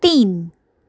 तीन